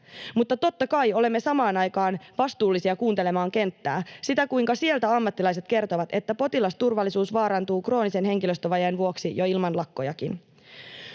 mutta totta kai olemme samaan aikaan vastuullisia kuuntelemaan kenttää, sitä, kuinka sieltä ammattilaiset kertovat, että potilasturvallisuus vaarantuu kroonisen henkilöstövajeen vuoksi jo ilman lakkojakin.